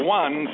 one